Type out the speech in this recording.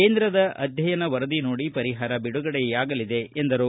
ಕೇಂದ್ರದ ಅಧ್ಯಯನ ವರದಿ ನೋಡಿ ಪರಿಹಾರ ಬಿಡುಗಡೆಯಾಗಲಿದೆ ಎಂದರು